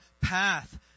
path